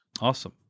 Awesome